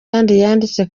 yanditse